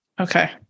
Okay